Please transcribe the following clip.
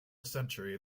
century